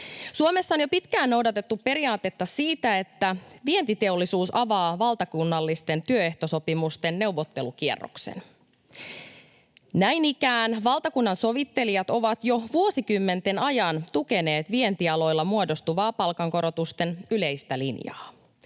Suomessa on jo pitkään noudatettu periaatetta siitä, että vientiteollisuus avaa valtakunnallisten työehtosopimusten neuvottelukierroksen. Näin ikään valtakunnansovittelijat ovat jo vuosikymmenten ajan tukeneet vientialoilla muodostuvaa palkankorotusten yleistä linjaa.